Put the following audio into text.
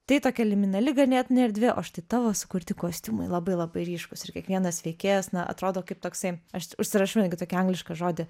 tai tokia liminali ganėtinai erdvė o štai tavo sukurti kostiumai labai labai ryškūs ir kiekvienas veikėjas na atrodo kaip toksai aš užsirašiau netgi tokį anglišką žodį